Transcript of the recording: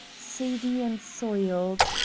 seedy and soiled.